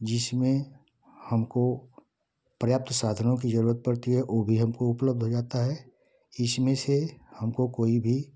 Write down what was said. जिसमें हमको पर्याप्त साधनों की जरूरत पड़ती है ओ भी हमको उपलब्ध हो जाता है इसमें से हमको कोई भी